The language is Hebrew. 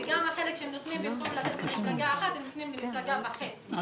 וגם החלק שהם נותנים - במקום לתת למפלגה אחת הם נותנים למפלגה וחצי,